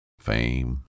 fame